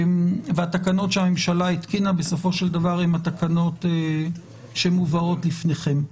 התקנות שהממשלה התקינה בסופו של דבר הן התקנות שמובאות לפניכם.